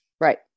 Right